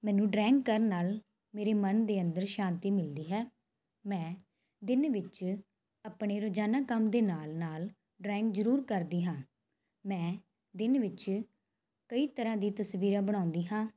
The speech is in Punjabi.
ਮੈਨੂੰ ਡਰਾਇੰਗ ਕਰਨ ਨਾਲ ਮੇਰੇ ਮਨ ਦੇ ਅੰਦਰ ਸ਼ਾਂਤੀ ਮਿਲਦੀ ਹੈ ਮੈਂ ਦਿਨ ਵਿੱਚ ਆਪਣੇ ਰੋਜ਼ਾਨਾ ਕੰਮ ਦੇ ਨਾਲ ਨਾਲ ਡਰਾਇੰਗ ਜ਼ਰੂਰ ਕਰਦੀ ਹਾਂ ਮੈਂ ਦਿਨ ਵਿੱਚ ਕਈ ਤਰ੍ਹਾਂ ਦੀ ਤਸਵੀਰਾਂ ਬਣਾਉਂਦੀ ਹਾਂ